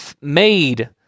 made